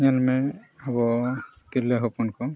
ᱧᱮᱞᱢᱮ ᱟᱵᱚ ᱛᱤᱨᱞᱟᱹ ᱦᱚᱯᱚᱱ ᱠᱚ